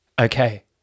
Okay